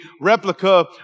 replica